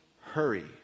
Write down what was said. hurry